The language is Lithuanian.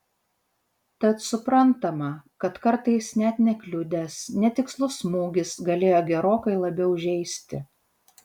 tad suprantama kad kartais net nekliudęs netikslus smūgis galėjo gerokai labiau žeisti